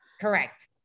Correct